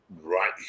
Right